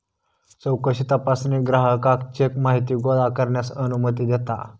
चौकशी तपासणी ग्राहकाक चेक माहिती गोळा करण्यास अनुमती देता